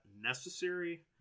necessary